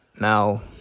Now